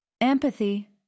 Empathy